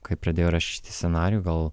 kai pradėjo rašyti scenarijų gal